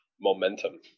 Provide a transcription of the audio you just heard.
momentum